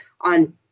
on